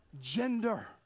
gender